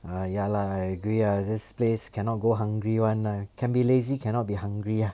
ah ya lah I agree ah this place cannot go hungry one lah can be lazy cannot be hungry ah